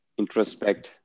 introspect